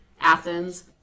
Athens